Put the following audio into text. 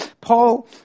Paul